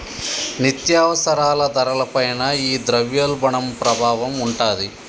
నిత్యావసరాల ధరల పైన ఈ ద్రవ్యోల్బణం ప్రభావం ఉంటాది